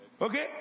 okay